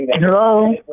hello